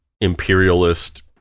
imperialist